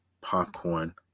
Popcorn